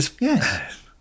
Yes